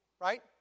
Right